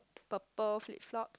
purple flip flop